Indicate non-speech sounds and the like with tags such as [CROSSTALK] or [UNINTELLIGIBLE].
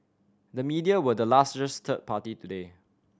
the media were the [UNINTELLIGIBLE] third party today